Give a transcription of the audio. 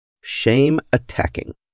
Shame-Attacking